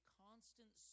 constant